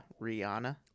Rihanna